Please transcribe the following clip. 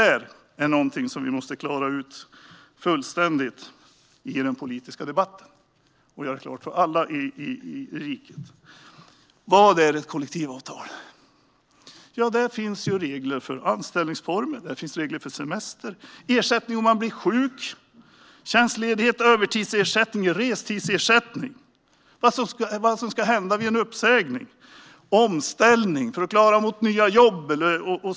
Detta är någonting som vi måste klara ut fullständigt i den politiska debatten och göra klart för alla i riket. Vad är ett kollektivavtal? Där finns regler för anställningsformer, för semester, för ersättning om man blir sjuk, för tjänstledighet, för övertidsersättning, för restidsersättning, för vad som ska hända vid en uppsägning och för omställning till nya jobb och så vidare.